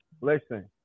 Listen